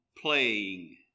playing